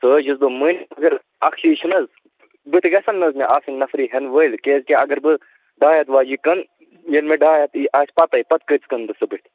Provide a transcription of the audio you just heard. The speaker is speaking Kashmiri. سُہ حظ چھُس بہٕ مٲنِتھ مگر اَکھ چیٖز چھُنہٕ حظ بُتھِ گَژھَن نہٕ حظ مےٚ آسٕنۍ نفری ہیٚنہٕ وٲلۍ کیٛازکہِ اگر بہٕ ڈاے ہَتھ واجیٚنۍ کٕنہٕ ییٚلہِ مےٚ ڈاے ہَتھ یی آسہِ پَتٕے پَتہٕ کۭتِس کٕنہٕ بہٕ سُہ بٕتھِ